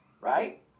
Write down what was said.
Right